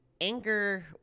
anger